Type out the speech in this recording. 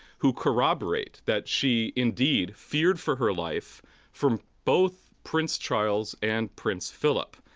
who corroborate that she indeed feared for her life from both prince charles and prince philip.